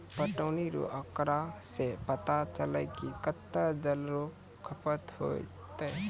पटौनी रो आँकड़ा से पता चलै कि कत्तै जल रो खपत होतै